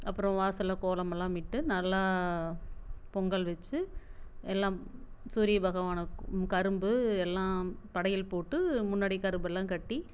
அப்புறம் வாசலில் கோலமெல்லாம் விட்டு நல்லா பொங்கல் வச்சு எல்லாம் சூரிய பகவானை கரும்பு எல்லாம் படையல் போட்டு முன்னாடி கரும்பல்லாம் கட்டி